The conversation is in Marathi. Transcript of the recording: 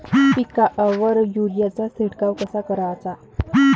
पिकावर युरीया चा शिडकाव कसा कराचा?